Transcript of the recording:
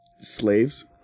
Slaves